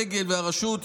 אם זה נושא הדגל והרשות,